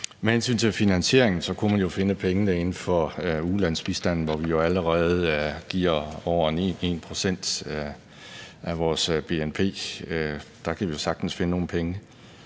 Med hensyn til finansieringen kunne man jo finde pengene inden for ulandsbistanden, hvor vi allerede giver over 1 pct. af vores bnp; der kan vi jo sagtens finde nogle penge.